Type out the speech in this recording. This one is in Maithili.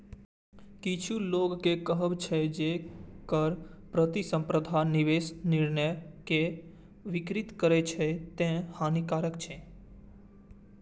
किछु लोकक कहब छै, जे कर प्रतिस्पर्धा निवेश निर्णय कें विकृत करै छै, तें हानिकारक छै